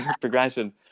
progression